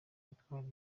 witwara